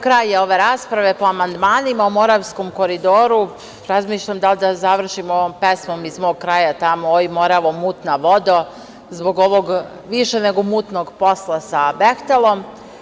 Kraj je ove rasprave po amandmanima o Moravskom koridoru, pa razmišljam da li da završim onom pesmom iz mog kraja – oj, Moravo, mutna vodo, a zbog ovog više nego mutnog posla sa „Behtelom“